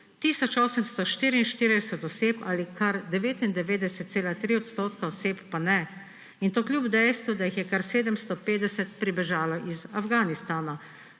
844 oseb ali kar 99,3 % oseb pa ne; in to kljub dejstvu, da jih je kar 750 pribežalo iz Afganistana.